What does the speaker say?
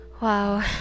Wow